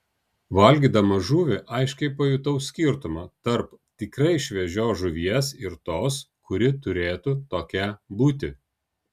valgydama žuvį aiškiai pajutau skirtumą tarp tikrai šviežios žuvies ir tos kuri turėtų tokia būti